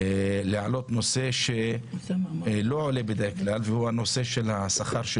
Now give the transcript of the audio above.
אני רוצה להעלות נושא שלא עולה בדרך כלל והוא השכר של